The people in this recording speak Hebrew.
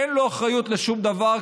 אין לו אחריות לשום דבר,